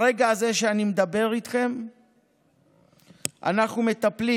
ברגע הזה שאני מדבר איתכם אנחנו מטפלים